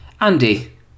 Andy